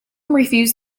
refused